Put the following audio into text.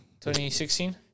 2016